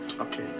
Okay